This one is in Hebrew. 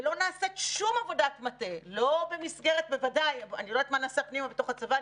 ולא נעשית שום עבודת מטה אני לא יודעת מה נעשה פנימה בתוך הצבא,